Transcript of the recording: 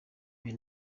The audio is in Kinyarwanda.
ibi